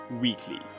weekly